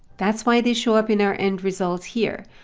that's why they show up in our end results here.